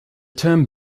term